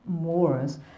Moors